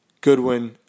Goodwin